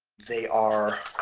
they are